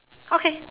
okay